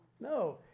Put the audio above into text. No